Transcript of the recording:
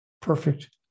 Perfect